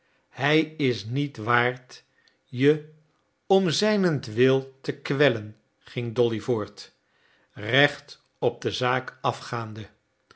hij is niet waard je om zijnentwil te kwellen ging dolly voort recht op de zaak afgaande